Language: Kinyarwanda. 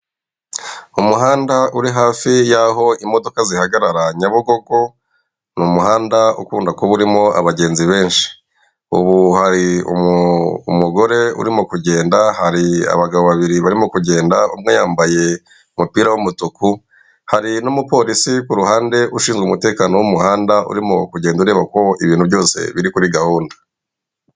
Umuhanda uri hafi yaho imodoka zihagaragra Nyabugogo ni umuhanda ukunda kuba urimo abantu benshi, ubu hari umu umugore urimo kugenda, hari abagabo babiri barimo kugenda umwe yambaye umupira w'umutuku, hari n'umupolisi ku ruhande ushinzwe umutekano wo mu muhanda urimo kugenda areba ko ibintu byose biri kuri gahunda.